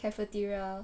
cafeteria